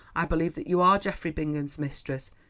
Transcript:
i believe that you are geoffrey bingham's mistress,